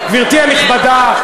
גברתי הנכבדה,